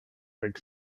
big